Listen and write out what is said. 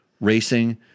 racing